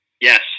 Yes